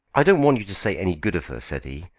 i don't want you to say any good of her, said he,